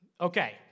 Okay